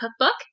cookbook